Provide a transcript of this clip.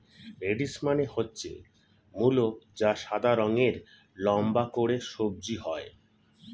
radish মানে হচ্ছে মূলো যা সাদা রঙের লম্বা করে সবজি হয়